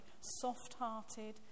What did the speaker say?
soft-hearted